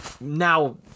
now